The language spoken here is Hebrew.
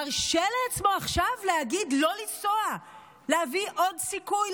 מרשה לעצמו עכשיו להגיד לא לנסוע להביא עוד סיכוי,